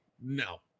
No